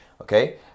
Okay